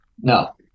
No